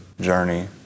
journey